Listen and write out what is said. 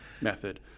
method